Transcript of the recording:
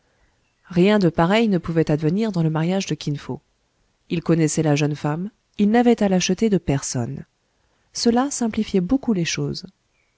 rien de pareil ne pouvait advenir dans le mariage de kin fo il connaissait la jeune femme il n'avait à l'acheter de personne cela simplifiait beaucoup les choses